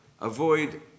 Avoid